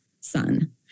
son